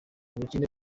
ubukene